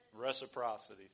Reciprocity